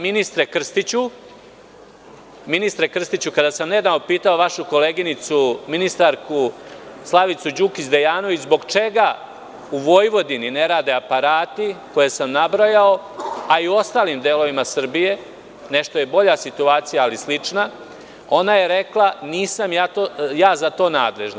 Ministre Krstiću, kada sam nedavno pitao vašu koleginicu ministarku Slavicu Đukić Dejanović – zbog čega u Vojvodini ne rade aparati, koje sam nabrojao, a i u ostalim delovima Srbije, nešto je bolja situacija ali slična, ona je rekla – nisam ja za to nadležna.